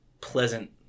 pleasant